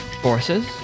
forces